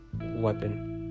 weapon